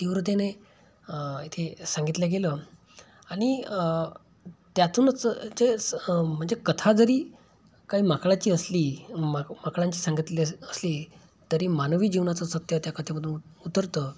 तीव्रतेने इथे सांगितलं गेलं आणि त्यातूनच जे म्हणजे कथा जरी काही माकडाची असली मा माकडांची सांगितली असं असली तरी मानवी जीवनाचं सत्य त्या कथेमधून उ उतरतं